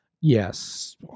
Yes